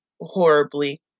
horribly